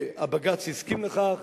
והבג"ץ הסכים לכך,